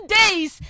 days